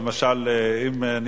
אם למשל אני,